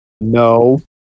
No